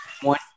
One